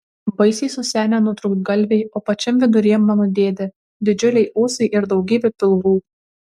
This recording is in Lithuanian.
baisiai susenę nutrūktgalviai o pačiam viduryje mano dėdė didžiuliai ūsai ir daugybė pilvų